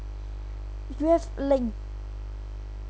if you have like